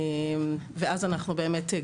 ואז אנחנו באמת,